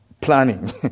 planning